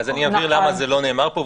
אז אני אבהיר למה זה לא נאמר פה,